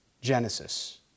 Genesis